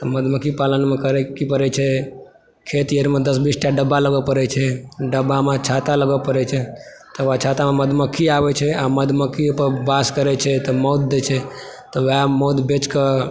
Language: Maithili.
मधुमक्खी पालनमे करय की परै छै खेती आरमे दस बीस टा डब्बा लाबय परै छै डब्बामे छाता लगबै परय छै तकर बाद छातामे मधुमक्खी आबै छै आ मधुमक्खी ओहि पर वास करै छै तऽ मौध दै छै तऽ वएह मौध बेच कऽ